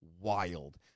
wild